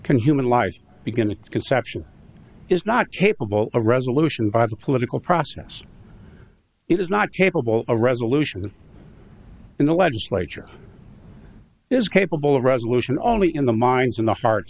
can human life begin to conception is not capable of resolution by the political process it is not capable a resolution in the legislature is capable of resolution only in the minds in the heart